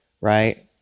Right